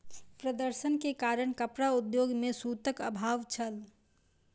प्रदर्शन के कारण कपड़ा उद्योग में सूतक अभाव छल